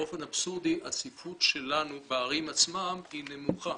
באופן אבסורדי הצפיפות שלנו בערים עצמן היא נמוכה.